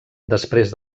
després